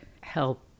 help